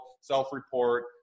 self-report